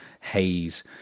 haze